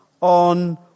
on